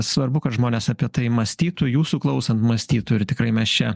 svarbu kad žmonės apie tai mąstytų jūsų klausant mąstytų ir tikrai mes čia